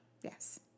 Yes